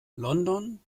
london